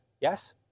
Yes